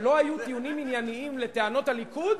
כשלא היו טיעונים ענייניים מול טענות הליכוד,